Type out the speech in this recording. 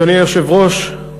אדוני היושב-ראש,